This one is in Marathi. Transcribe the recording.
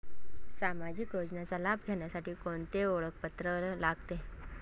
सामाजिक योजनेचा लाभ घेण्यासाठी कोणते ओळखपत्र लागते?